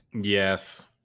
Yes